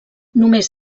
només